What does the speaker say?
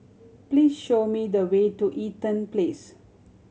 please show me the way to Eaton Place